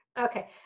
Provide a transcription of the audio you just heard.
Okay